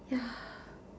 ya